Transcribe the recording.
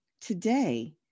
Today